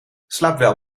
slaapwel